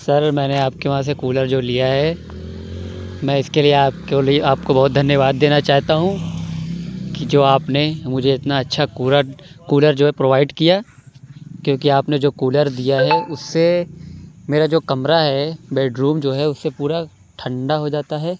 سر میں نے آپ کے وہاں سے کولر جو لیا ہے میں اِس کے لیے آپ کیول ہی آپ کو دھنیواد دینا چاہتا ہوں کہ جو آپ نے مجھے اتنا اچھا کولر کولر جو ہے پروائڈ کیا کیوں کہ آپ نے جو کولر دیا ہے اُس سے میرا جو کمرا ہے بیڈ روم جو ہے اُس سے پورا ٹھنڈا ہو جاتا ہے